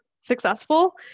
successful